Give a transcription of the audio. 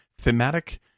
thematic